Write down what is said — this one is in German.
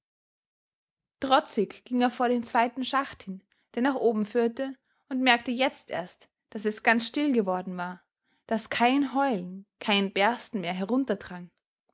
trotzig ging er vor den zweiten schacht hin der nach oben führte und merkte jetzt erst daß es ganz still geworden war daß kein heulen kein bersten mehr